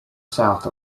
south